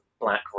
black